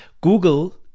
Google